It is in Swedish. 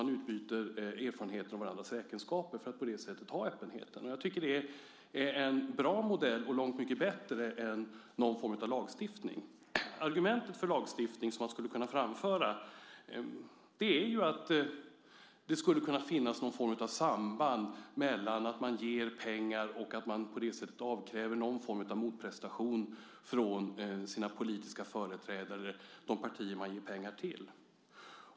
Man utbyter erfarenheter av varandras räkenskaper för att på det sättet ha en öppenhet. Jag tycker att det är en bra modell och en långt mycket bättre modell än någon form av lagstiftning. Det argument för lagstiftning som skulle kunna framföras är att det skulle kunna finnas någon form av samband mellan att man ger pengar och att man på det sättet avkräver någon form av motprestation från sina politiska företrädare, från de partier man ger pengar till.